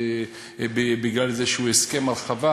בגלל איזשהו הסכם הרחבה,